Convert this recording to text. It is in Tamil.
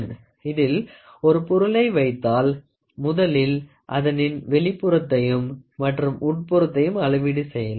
இதில் ஒரு பொருளை வைத்தால் முதலில் அதனின் வெளிப்புறத்தையும் மற்றும் உட்புரத்தையும் அளவீடு செய்யலாம்